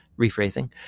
rephrasing